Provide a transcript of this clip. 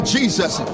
Jesus